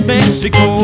Mexico